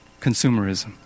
consumerism